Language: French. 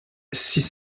six